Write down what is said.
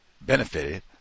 benefited